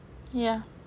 yeah